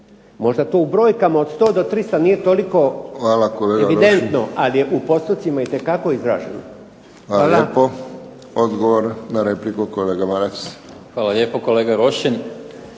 Možda to u brojkama od 100 do 300 nije toliko evidentno, ali je u postocima itekako izraženo. Hvala. **Friščić, Josip (HSS)** Hvala kolega Rošin.